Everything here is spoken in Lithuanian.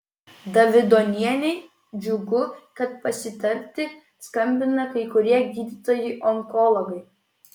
davidonienei džiugu kad pasitarti skambina kai kurie gydytojai onkologai